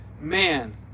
man